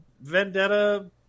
vendetta